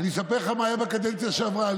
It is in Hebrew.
אספר לך מה היה בקדנציה שעברה.